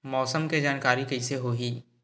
मौसम के जानकारी कइसे होही?